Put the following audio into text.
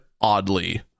oddly